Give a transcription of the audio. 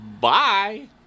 Bye